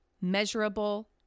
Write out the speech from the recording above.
measurable